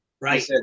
Right